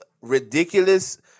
ridiculous